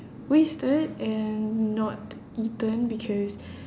wasted and not eaten because